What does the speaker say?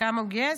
כמה הוא גייס?